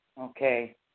Okay